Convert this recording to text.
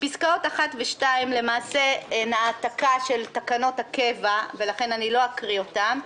" פסקאות (1) ו-(2) הן העתקה של תקנות הקבע ולכן לא אקרא אותן,